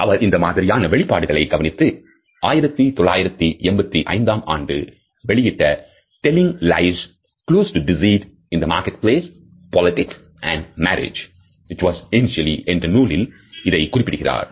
அவர் இந்த மாதிரியான வெளிப்பாடுகளை கவனித்து 1985 ஆம் ஆண்டு வெளியிட்ட Telling Lies Clues to Deceit in the Marketplace Politics and Marriage which was initially என்ற நூலில் இதைக் குறிப்பிடுகிறார்